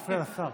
מפריע לשר.